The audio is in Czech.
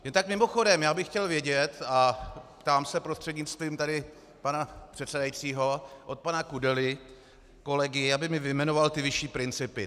Jen tak mimochodem, já bych chtěl vědět, a ptám se prostřednictvím tady pana předsedajícího, od pana kolegy Kudely, aby mi vyjmenoval ty vyšší principy.